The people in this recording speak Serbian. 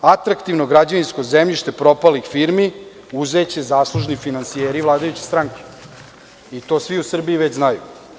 Atraktivno građevinsko zemljište propalih firmi uzeće zaslužni finansijeri vladajuće stranke i to u svi u Srbiji već znaju.